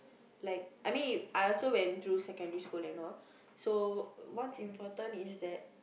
like I mean I also went through secondary school and all so what's important is that